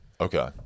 Okay